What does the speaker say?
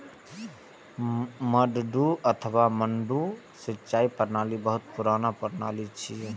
मड्डू अथवा मड्डा सिंचाइ प्रणाली बहुत पुरान प्रणाली छियै